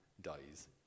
dies